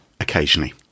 Occasionally